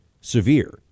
severe